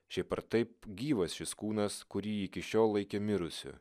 šiaip ar taip gyvas šis kūnas kurį iki šiol laikė mirusiu